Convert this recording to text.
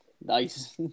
Nice